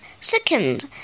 Second